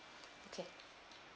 okay